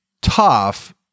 tough